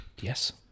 Yes